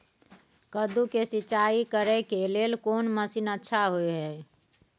कद्दू के सिंचाई करे के लेल कोन मसीन अच्छा होय है?